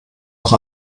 noch